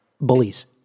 bullies